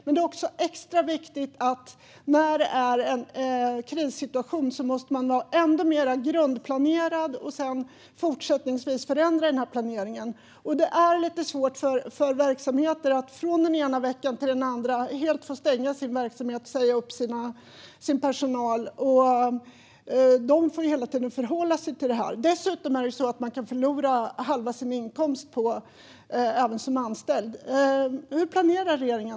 Men i en krissituation är det extra viktigt att vara ännu mer grundplanerad och att sedan fortsätta att förändra den planering man har. Det är svårt för verksamheter att från den ena veckan till den andra helt stänga sin verksamhet och säga upp sin personal. De får hela tiden förhålla sig till det här. Dessutom kan man även som anställd förlora halva sin inkomst. Hur planerar regeringen?